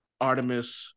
Artemis